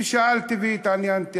ושאלתי והתעניינתי.